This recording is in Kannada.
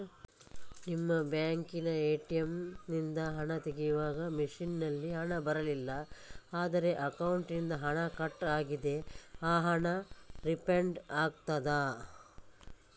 ನಿಮ್ಮ ಬ್ಯಾಂಕಿನ ಎ.ಟಿ.ಎಂ ನಿಂದ ಹಣ ತೆಗೆಯುವಾಗ ಮಷೀನ್ ನಲ್ಲಿ ಹಣ ಬರಲಿಲ್ಲ ಆದರೆ ಅಕೌಂಟಿನಿಂದ ಹಣ ಕಟ್ ಆಗಿದೆ ಆ ಹಣ ರೀಫಂಡ್ ಆಗುತ್ತದಾ?